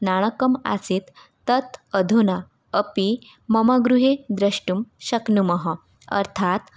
नाणकम् आसीत् तत् अधुना अपि मम गृहे द्रष्टुं शक्नुमः अर्थात्